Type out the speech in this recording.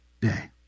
day